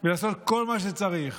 ולעשות כל מה שצריך